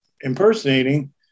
impersonating